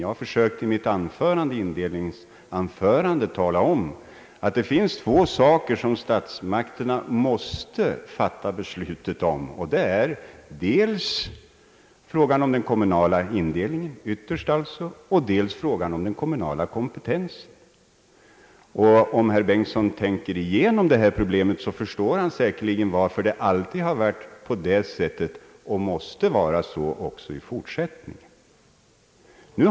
Jag har i mitt inledningsanförande försökt tala om att det finns två saker som statsmakterna måste fatta beslut om, nämligen dels den kommunala indelningen, dels den kommunala kompetensen. Om herr Bengtson tänker igenom det här problemet, förstår han säkerligen varför det alltid har varit på det sättet och varför det måste vara så också i fortsättningen.